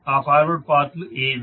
ఆ forward path లు ఏవి